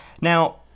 Now